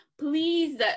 please